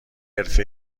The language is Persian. حرفه